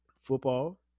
football